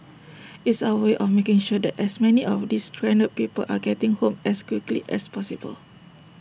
it's our way of making sure that as many of these stranded people are getting home as quickly as possible